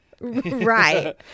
Right